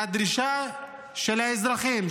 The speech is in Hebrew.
הדרישה של האזרחים,